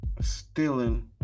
stealing